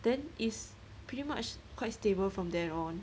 then is pretty much quite stable from then on